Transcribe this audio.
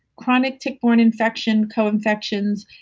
chronic tip thorn infection, co-infections,